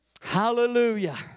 hallelujah